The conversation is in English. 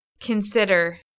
consider